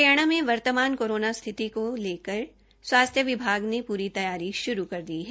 हरियाणा में वर्तमान कोरोना स्थिति को लेकर स्वास्थ्य विभाग ने पूरी तैयारी करनी आरंभ कर दी है